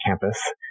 campus